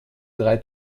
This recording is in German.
drei